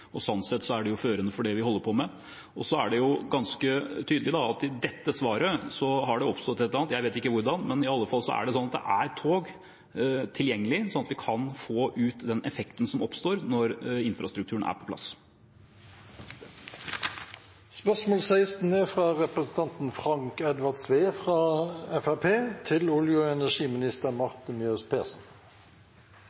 og sånn sett er det førende for det vi holder på med. Det er ganske tydelig at det i dette svaret har oppstått et eller annet, jeg vet ikke hvordan, men i alle fall er det sånn at det er tog tilgjengelig sånn at vi kan få ut den effekten som oppstår når infrastrukturen er på plass. «NVE skriv i fleire rapportar at elektrifiseringstiltak i Noreg og elektrifisering av norsk sokkel vil få konsekvensar for kraftsystemet og